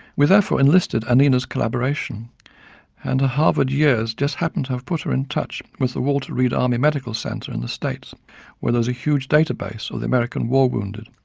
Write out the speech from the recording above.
we therefore enlisted anina's collaboration and her harvard years just happened to have put her in touch with the walter reed army medical center in the states where there is a huge data base of the american war wounded.